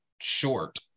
short